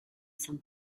some